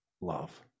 love